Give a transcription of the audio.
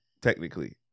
technically